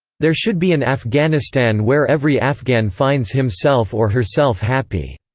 there should be an afghanistan where every afghan finds himself or herself happy.